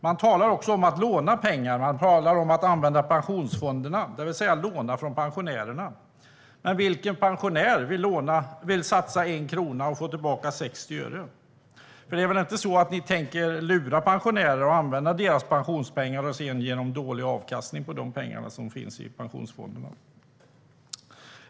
Man talar också om att låna pengar, och man talar om att använda pensionsfonderna, det vill säga att låna från pensionärerna. Men vilken pensionär vill satsa 1 krona och få tillbaka 60 öre? För ni tänker väl inte lura pensionärerna och använda deras pensionspengar och sedan ge dem dålig avkastning på de pengar som finns i pensionsfonderna?